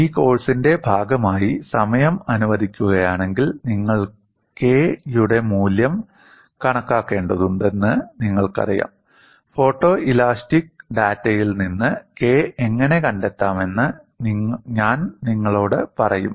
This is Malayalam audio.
ഈ കോഴ്സിന്റെ ഭാഗമായി സമയം അനുവദിക്കുകയാണെങ്കിൽ നിങ്ങൾ K യുടെ മൂല്യം കണക്കാക്കേണ്ടതുണ്ടെന്ന് നിങ്ങൾക്കറിയാം ഫോട്ടോഇലാസ്റ്റിക് ഡാറ്റയിൽ നിന്ന് K എങ്ങനെ കണ്ടെത്താമെന്ന് ഞാൻ നിങ്ങളോട് പറയും